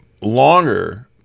longer